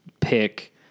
pick